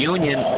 Union